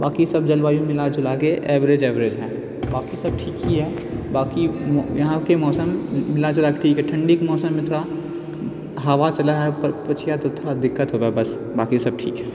बाकी सब जलवायु मिलाजुला कऽ एवरेज हइ बाकी सब ठीक ही हइ बाकी यहाँके मौसम मिलजुलाके ठीक हइ ठण्डीके मौसममे थोड़ा हवा चलै हइ पछिआ तऽ थोड़ा दिक्कत होवै हइ बस बाकी सब ठीक हइ